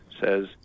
says